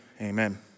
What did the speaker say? Amen